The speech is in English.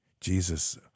Jesus